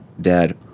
Dad